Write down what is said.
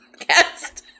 podcast